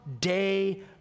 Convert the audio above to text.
day